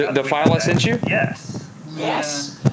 the file i sent you? yes. yes.